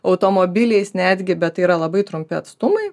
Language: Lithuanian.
automobiliais netgi bet tai yra labai trumpi atstumai